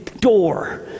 door